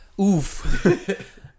oof